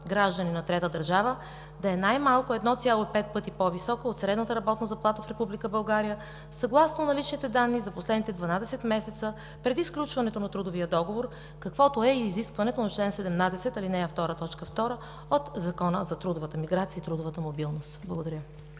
гражданин на трета държава, да е най-малко 1,5 пъти по-висока от средната работна заплата в Република България съгласно наличните данни за последните 12 месеца преди сключването на трудовия договор, каквото е и изискването на чл. 17, ал. 2, т. 2 от Закона за трудовата миграция и трудовата мобилност. Благодаря.